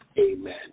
amen